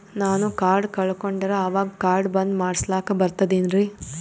ನಾನು ಕಾರ್ಡ್ ಕಳಕೊಂಡರ ಅವಾಗ ಕಾರ್ಡ್ ಬಂದ್ ಮಾಡಸ್ಲಾಕ ಬರ್ತದೇನ್ರಿ?